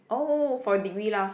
oh for degree lah